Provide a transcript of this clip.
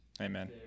Amen